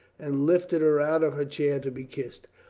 and lifted her out of her chair to be kissed.